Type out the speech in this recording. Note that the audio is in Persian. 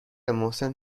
محسن